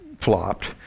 flopped